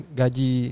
gaji